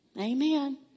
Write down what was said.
Amen